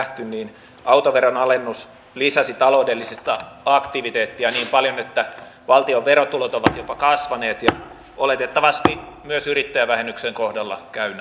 niin autoveron alennus lisäsi taloudellista aktiviteettia niin paljon että valtion verotulot ovat jopa kasvaneet ja oletettavasti myös yrittäjävähennyksen kohdalla käy